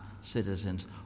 citizens